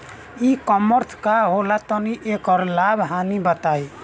ई कॉमर्स का होला तनि एकर लाभ हानि बताई?